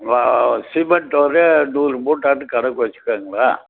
cement ஒரு நூறு மூட்டைன்னு கணக்கு வச்சுக்கங்களேன்